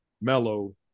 mellow